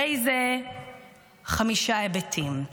הרי אלו חמישה היבטים: